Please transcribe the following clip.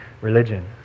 religion